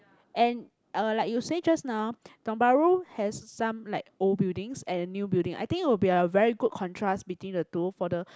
and uh like you say just now Tiong-Bahru has some like old buildings and new building I think it will be a very good contrast between the two for the